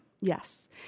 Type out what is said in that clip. Yes